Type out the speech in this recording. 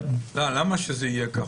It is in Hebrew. למה שזה יהיה כך?